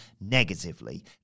negatively